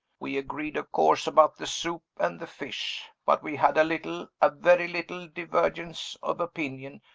we agreed, of course, about the soup and the fish but we had a little, a very little, divergence of opinion,